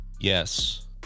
Yes